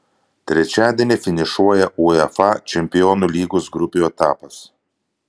trečiadienį finišuoja uefa čempionų lygos grupių etapas